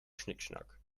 schnickschnack